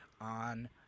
on